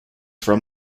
from